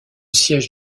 siège